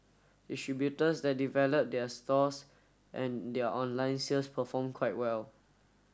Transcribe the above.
distributors that develop their stores and their online sales perform quite well